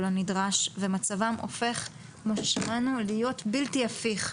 הנדרש ומצבם הופך כמו ששמענו להיות בלתי הפיך.